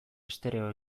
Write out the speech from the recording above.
estereo